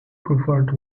preferred